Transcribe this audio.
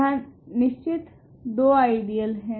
यहाँ निश्चित 2 आइडियल है